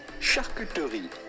charcuterie